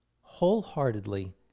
wholeheartedly